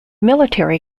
military